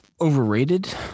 Overrated